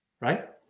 right